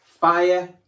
Fire